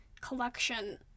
collection